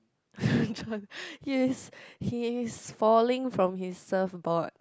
John yes he is falling from his surfboard